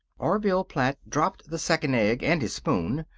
orville platt dropped the second egg, and his spoon.